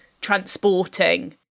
transporting